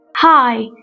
Hi